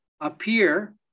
appear